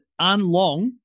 unlong